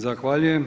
Zahvaljujem.